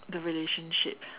the relationship